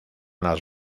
las